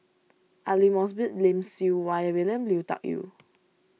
Aidli Mosbit Lim Siew Wai William Lui Tuck Yew